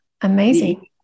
amazing